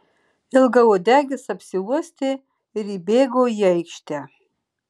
ilgauodegis apsiuostė ir įbėgo į aikštę